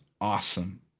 awesome